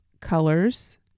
colors